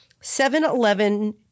7-Eleven